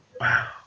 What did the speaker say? Wow